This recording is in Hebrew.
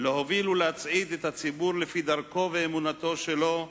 להוביל ולהצעיד את הציבור לפי דרכו ואמונתו שלו,